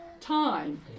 time